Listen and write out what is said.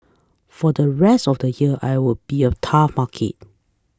for the rest of the year I will be a tough market